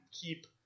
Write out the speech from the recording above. keep